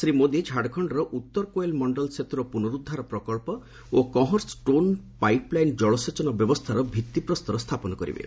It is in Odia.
ଶ୍ରୀ ମୋଦି ଝାଡ଼ଖଣ୍ଡର ଉତ୍ତର କୋଏଲ୍ ମଣ୍ଡଲ୍ ସେତ୍ରର ପୁନରୁଦ୍ଧାର ପ୍ରକ୍ସ ଓ କହଁର୍ ଷ୍ଟୋନ୍ ପାଇପ୍ଲାଇନ୍ ଜଳସେଚନ ବ୍ୟବସ୍ଥାର ଭିଭିପ୍ରସ୍ତର ସ୍ଥାପନ କରିବେ